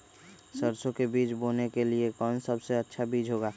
सरसो के बीज बोने के लिए कौन सबसे अच्छा बीज होगा?